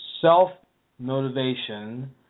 self-motivation